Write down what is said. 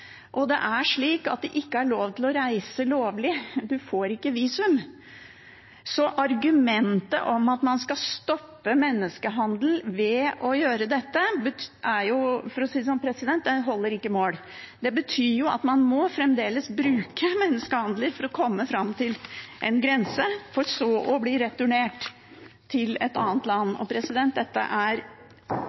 reise lovlig, man får ikke visum. Så argumentet om at man skal stoppe menneskehandel ved å gjøre dette, holder ikke mål. Det betyr at man fremdeles må bruke menneskehandlere for å komme fram til en grense, for så å bli returnert til et annet land. Dette er uakseptabelt, og